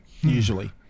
Usually